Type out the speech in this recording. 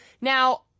Now